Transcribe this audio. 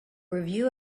review